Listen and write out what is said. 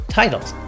titles